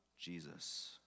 Jesus